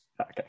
Okay